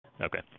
Okay